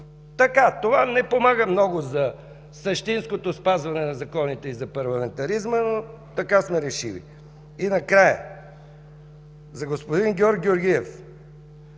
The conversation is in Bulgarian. така... Това не помага много за същинското спазване на законите и за парламентаризма, но така сме решили. И накрая – за господин Георг Георгиев.